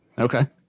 Okay